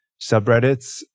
subreddits